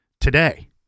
today